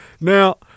Now